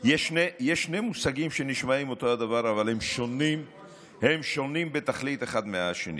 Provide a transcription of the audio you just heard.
יש שני מושגים שנשמעים אותו הדבר אבל הם שונים בתכלית אחד מהשני,